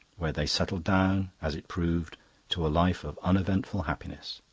where they settled down, as it proved to a life of uneventful happiness.